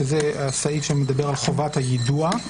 שזה הסעיף שמדבר על חובת היידוע.